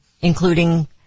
including